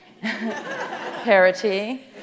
parity